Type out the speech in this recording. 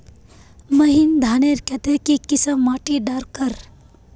महीन धानेर केते की किसम माटी डार कर?